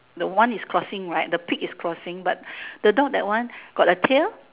the one is crossing right the pig is crossing but the dog that one got the tail